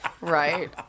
Right